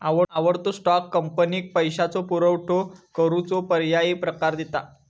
आवडतो स्टॉक, कंपनीक पैशाचो पुरवठो करूचो पर्यायी प्रकार दिता